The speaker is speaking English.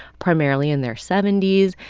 primarily in their seventy s.